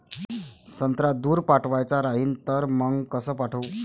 संत्रा दूर पाठवायचा राहिन तर मंग कस पाठवू?